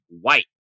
White